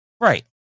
Right